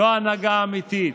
זו הנהגה אמיתית.